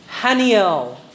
Haniel